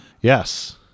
Yes